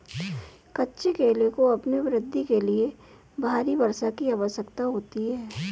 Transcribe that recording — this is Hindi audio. कच्चे केले को अपनी वृद्धि के लिए भारी वर्षा की आवश्यकता होती है